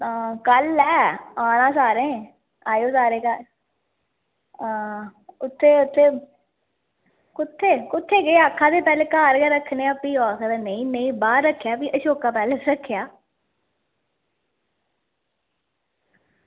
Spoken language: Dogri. कल्ल ऐ आं आना सारें आयो सारे घर आं उत्थें असें कुत्थें कुत्थें केह् आक्खा दे पैह्लें घर गै रक्खने आं ते भी ओह् आक्खदे बाहर रक्खेआ अशोका पैलेस रक्खेआ